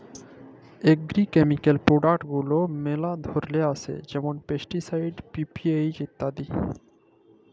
agrochemical product গুলার ম্যালা ধরল আসে যেমল পেস্টিসাইড, পি.পি.এইচ ইত্যাদি